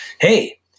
hey